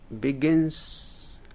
begins